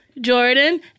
Jordan